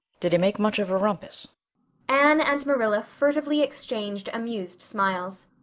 did he make much of a rumpus? anne and marilla furtively exchanged amused smiles.